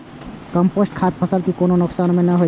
compost खाद सं फसल कें कोनो नुकसान नै होइ छै